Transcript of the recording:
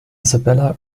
isabella